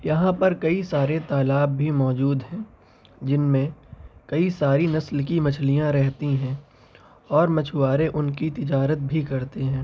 یہاں پر کئی سارے تالاب بھی موجود ہیں جن میں کئی ساری نسل کی مچھلیاں رہتی ہیں اور مچھوارے ان کی تجارت بھی کرتے ہیں